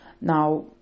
Now